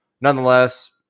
Nonetheless